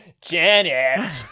Janet